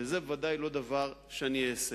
וזה בוודאי לא דבר שאני אעשה.